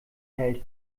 hält